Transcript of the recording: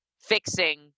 fixing